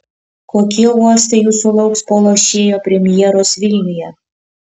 kokie uostai jūsų lauks po lošėjo premjeros vilniuje